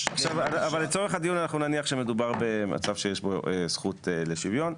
אבל לצורך הדיון אנחנו נניח שמדובר במצב שיש בו זכות לשוויון,